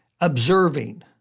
Observing